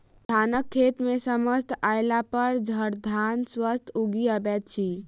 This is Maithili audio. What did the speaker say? धानक खेत मे समय अयलापर झड़धान स्वतः उगि अबैत अछि